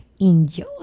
Enjoy